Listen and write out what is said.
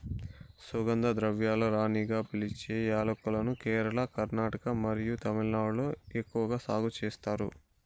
సుగంధ ద్రవ్యాల రాణిగా పిలిచే యాలక్కులను కేరళ, కర్ణాటక మరియు తమిళనాడులో ఎక్కువగా సాగు చేస్తారు